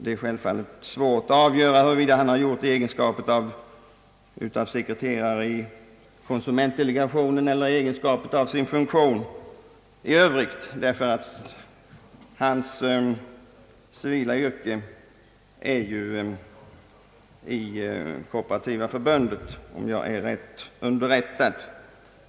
Det är självfallet svårt att avgöra, huruvida han gjort det i egenskap av sekreterare i konsumentdelegationen eller i annan egenskap, ty han har ju sin civila anställning i Kooperativa förbundet om jag är rätt underrättad.